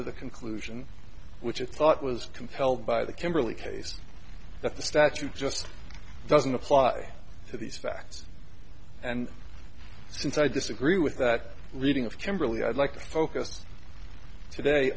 to the conclusion which it thought was compelled by the kimberly case that the statute just doesn't apply to these facts and since i disagree with that reading of kimberly i'd like to focus today